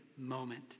moment